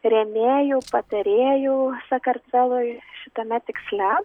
rėmėjų patarėjų sakartvelui šitame tiksle